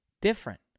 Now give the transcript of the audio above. different